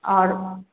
आओर